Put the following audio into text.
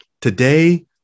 Today